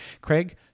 Craig